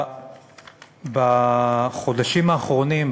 בחודשים האחרונים,